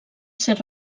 ser